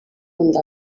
wundi